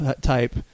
type